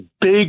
big